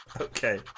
Okay